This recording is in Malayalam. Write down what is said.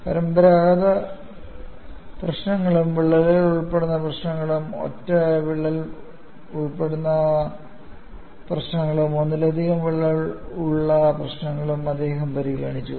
പരമ്പരാഗത പ്രശ്നങ്ങളും വിള്ളലുകൾ ഉൾപ്പെടുന്ന പ്രശ്നങ്ങളും ഒറ്റ വിള്ളൽ ഉൾപ്പെടുന്ന പ്രശ്നങ്ങളും ഒന്നിലധികം വിള്ളൽ ഉള്ള പ്രശ്നങ്ങളും അദ്ദേഹം പരിഹരിച്ചു